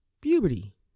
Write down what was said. Puberty